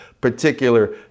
particular